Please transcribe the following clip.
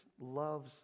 loves